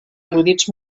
erudits